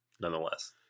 nonetheless